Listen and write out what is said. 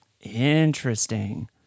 interesting